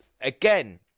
again